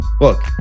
look